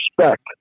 respect